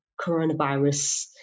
coronavirus